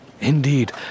Indeed